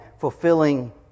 fulfilling